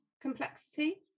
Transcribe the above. complexity